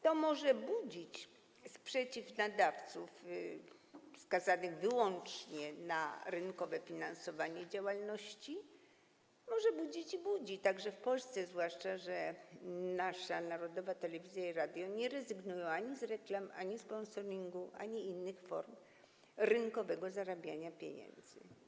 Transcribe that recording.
To może budzić sprzeciw nadawców skazanych wyłącznie na rynkowe finansowanie działalności - może budzić i budzi, także w Polsce, zwłaszcza że nasza narodowa telewizja i nasze narodowe radio nie rezygnują ani z reklam, ani ze sponsoringu, ani z innych form rynkowego zarabiania pieniędzy.